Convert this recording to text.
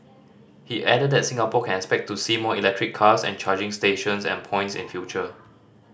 he added that Singapore can expect to see more electric cars and charging stations and points in future